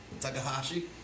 Takahashi